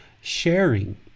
sharing